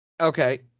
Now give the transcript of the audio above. Okay